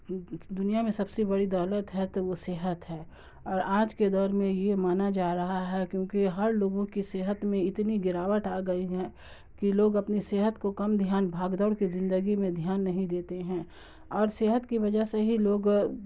دنیا میں سب سے بڑی دولت ہے تو وہ صحت ہے اور آج کے دور میں یہ مانا جا رہا ہے کیونکہ ہر لوگوں کی صحت میں اتنی گراوٹ آ گئی ہے کہ لوگ اپنی صحت کو کم دھیان بھاگ دوڑ کی زندگی میں دھیان نہیں دیتے ہیں اور صحت کی وجہ سے ہی لوگ